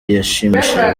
yashimishije